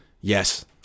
Yes